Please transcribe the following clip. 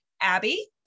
Abby